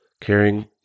caring